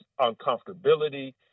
uncomfortability